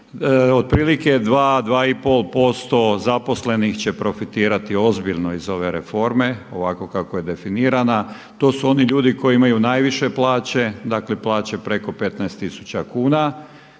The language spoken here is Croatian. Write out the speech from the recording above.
otprilike 2, 2,5% zaposlenih će profitirati ozbiljno iz ove reforme, ovako kako je definirana. To su oni ljudi koji imaju najviše plaće, dakle plaće preko 15 tisuća